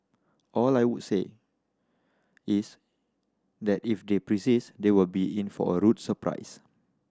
all I will say is that if they persist they will be in for a rude surprise